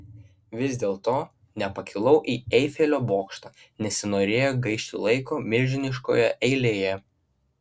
vis dėlto nepakilau į eifelio bokštą nesinorėjo gaišti laiko milžiniškoje eilėje